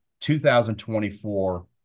2024